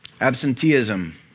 absenteeism